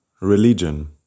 religion